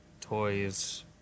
toys